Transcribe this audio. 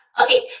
okay